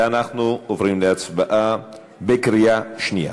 אנחנו עוברים להצבעה בקריאה שנייה.